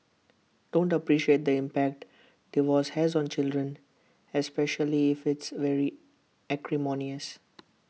don't appreciate the impact divorce has on children especially if it's very acrimonious